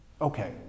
okay